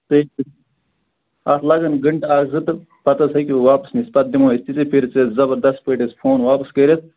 تُہۍ ہیٚکِو اَتھ لَگن گنٹہٕ اَکھ زٕ تہٕ پَتہٕ حظ ہیٚکِو واپَس نِتھ پَتہٕ دِمہو أسۍ تِتھُے کٔرِتھ زَبردَس پٲٹھۍ حظ فون واپَس کٔرِتھ